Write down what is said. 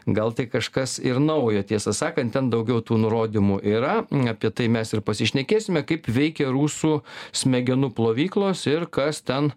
gal tai kažkas ir naujo tiesą sakant ten daugiau tų nurodymų yra apie tai mes ir pasišnekėsime kaip veikia rusų smegenų plovyklos ir kas ten